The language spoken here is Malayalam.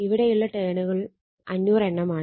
ഇവിടെയുള്ള ടേണുകൾ 500 എണ്ണമാണ്